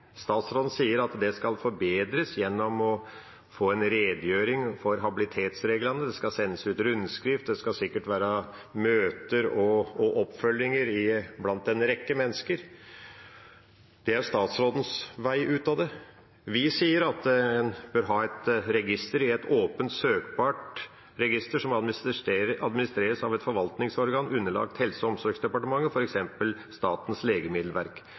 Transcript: Statsråden sier at det skal forbedres gjennom å redegjøre for habilitetsreglene, det skal sendes ut rundskriv, og det skal sikkert være møter og oppfølging blant en rekke mennesker. Det er statsrådens vei ut av det. Vi sier at en bør ha et åpent og søkbart register som administreres av et forvaltningsorgan som er underlagt Helse- og omsorgsdepartementet, f.eks. Statens legemiddelverk